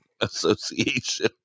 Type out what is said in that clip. association